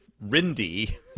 Rindy